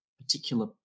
particular